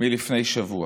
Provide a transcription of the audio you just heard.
מלפני שבוע,